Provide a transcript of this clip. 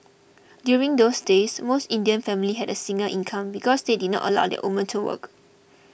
during those days most Indian families had single income because they did not allow their women to work